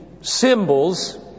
symbols